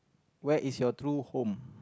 where is your true home